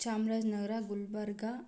Chamaraja Nagar Gulbarga